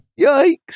Yikes